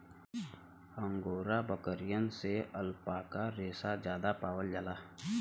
angora बकरियन से alpaca रेसा जादा पावल जाला